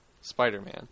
Spider-Man